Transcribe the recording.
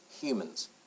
humans